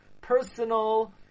personal